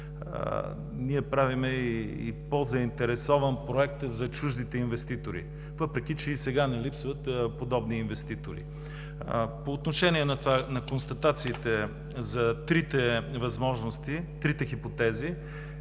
начин правим по заинтересован проект за чуждите инвеститори, въпреки че и сега не липсват подобни инвеститори. По отношение на констатациите за трите хипотези,